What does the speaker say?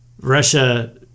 russia